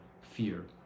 fear